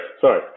Sorry